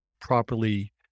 properly